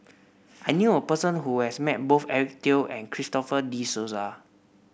I knew a person who has met both Eric Teo and Christopher De Souza